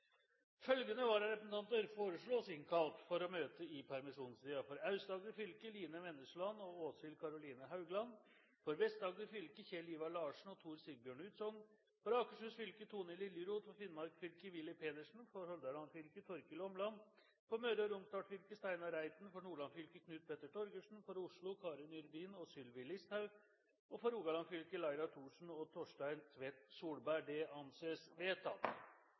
for å møte i permisjonstiden: For Aust-Agder fylke: Line Vennesland og Åshild Karoline HauglandFor Vest-Agder fylke: Kjell Ivar Larsen 4. juni og Tor Sigbjørn Utsogn 5. juni til og med 8. juni For Akershus fylke: Tone LiljerothFor Finnmark fylke: Willy PedersenFor Hordaland fylke: Torkil ÅmlandFor Møre og Romsdal fylke: Steinar ReitenFor Nordland fylke: Knut Petter TorgersenFor Oslo: Karin Yrvin og Sylvi ListhaugFor Rogaland fylke: Laila Thorsen og Torstein Tvedt Solberg